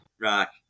rock